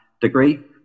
degree